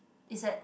it's at